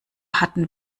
hatten